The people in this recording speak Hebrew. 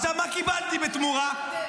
עכשיו, מה קיבלתי בתמורה?